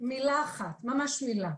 תני לי עוד מילה אחת, ממש מילה.